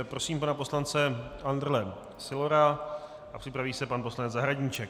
Prosím pana poslance Andrle Sylora, připraví se pan poslanec Zahradníček.